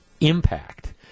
impact